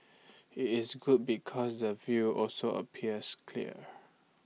it's good because the view also appears clear